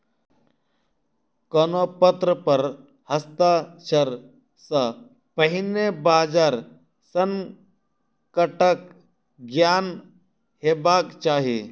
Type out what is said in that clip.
कोनो पत्र पर हस्ताक्षर सॅ पहिने बजार संकटक ज्ञान हेबाक चाही